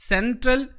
Central